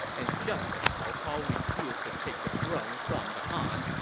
and just as cao cao refused to take the throne from the han,